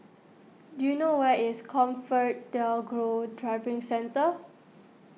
do you know where is ComfortDelGro Driving Centre